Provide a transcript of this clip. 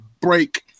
break